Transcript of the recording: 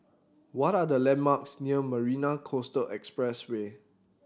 what are the landmarks near Marina Coastal Expressway